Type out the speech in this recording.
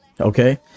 okay